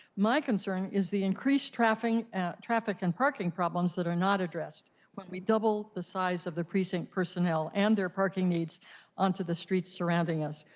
my concern is the increased traffic traffic and parking problems that are not addressed when we double the size of the precinct personnel and their parking needs onto the streets surrounding us.